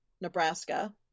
Nebraska